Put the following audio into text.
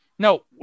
No